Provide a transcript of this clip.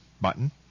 button